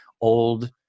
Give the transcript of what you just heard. old